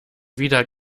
wieder